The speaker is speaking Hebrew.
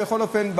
בכל אופן,